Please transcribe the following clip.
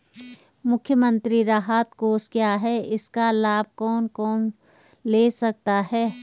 मुख्यमंत्री राहत कोष क्या है इसका लाभ कौन कौन ले सकता है?